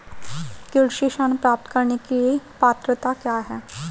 कृषि ऋण प्राप्त करने की पात्रता क्या है?